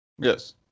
Yes